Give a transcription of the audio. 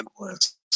endless